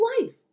life